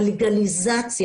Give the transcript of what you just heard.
הלגליזציה,